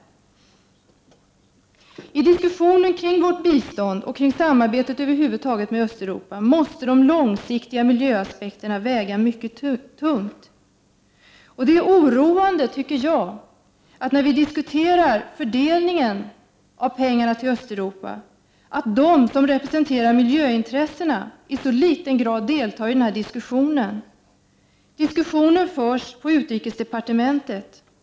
I diskussionen kring vårt bistånd till Östeuropa och kring vårt samarbete över huvud taget med Östeuropa måste de långsiktiga miljöaspekterna väga mycket tungt. Jag anser det vara oroande att de som representerar miljöintressena i så liten grad deltar i diskussioner kring fördelningen av pengarna till Östeuropa. Diskussionen förs på utrikesdepartementet.